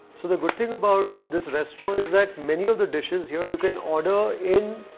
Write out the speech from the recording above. so the good thing about this restaurant is that many of the dishes here, you can order in.